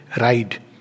ride